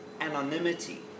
anonymity